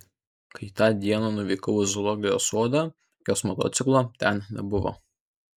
kai tą dieną nuvykau į zoologijos sodą jos motociklo ten nebuvo